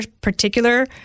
particular